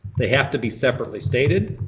they have to be separately stated,